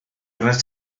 arnat